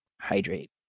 hydrate